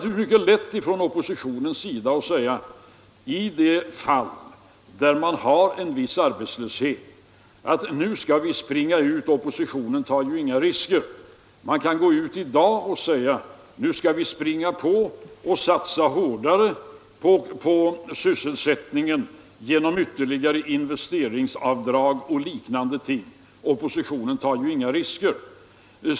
Under tider då man har viss arbetslöshet är det naturligtvis mycket lätt för oppositionen att springa ut. Man kan t.ex. gå ut i dag och säga att nu skall vi satsa hårdare på sysselsättningen genom ytterligare investeringsavdrag och liknande ting. Oppositionen tar ju inga risker.